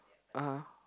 (uh huh)